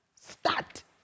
Start